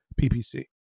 PPC